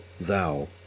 thou